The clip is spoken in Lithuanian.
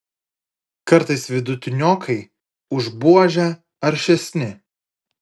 kartais vidutiniokai už buožę aršesni